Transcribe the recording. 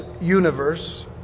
universe